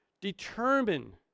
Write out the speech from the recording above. determine